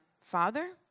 Father